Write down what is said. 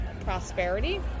prosperity